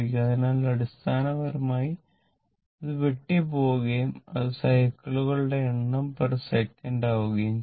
അതിനാൽ അടിസ്ഥാനപരമായി അത് വെട്ടി പോവുകയും അത് സൈക്കിളുകളുടെ എണ്ണംസെക്കൻഡ് ആകുകയും ചെയ്യും